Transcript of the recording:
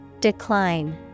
Decline